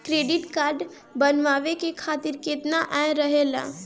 Credit card बनवाए के खातिर केतना आय रहेला?